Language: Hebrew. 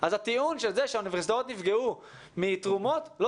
אז הטיעון שהאוניברסיטאות נפגעו מתרומות לא